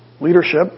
leadership